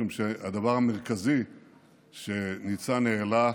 משום שהדבר המרכזי שניצן העלה,